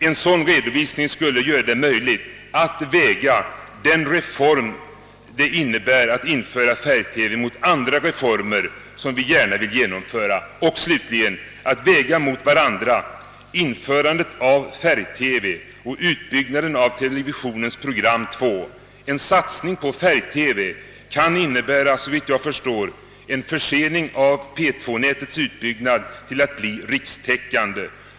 En sådan redovisning skulle göra det möjligt att väga den reform det innebär att införa färg-TV mot andra reformer som vi gärna vill genomföra och slutligen att väga mot varandra införandet av färg-TV och utbyggnaden av televisionens program 2. En satsning på färg TV kan innebära en försening av P 2 nätets utbyggnad till att bli rikstäckande.